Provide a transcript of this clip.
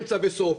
אמצע וסוף.